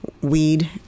weed